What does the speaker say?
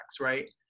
right